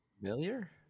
familiar